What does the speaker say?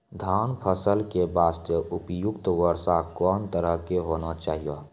धान फसल के बास्ते उपयुक्त वर्षा कोन तरह के होना चाहियो?